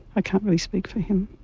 i can't really speak for him.